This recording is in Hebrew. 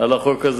על החוק,